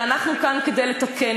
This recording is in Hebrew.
ואנחנו כאן כדי לתקן,